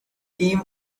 team